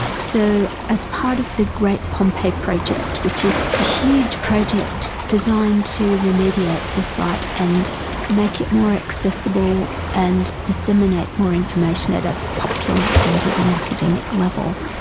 so as part of the great pompeii project, which is a huge project designed to remediate the site and make it more accessible and disseminate more information at a popular and at an academic level,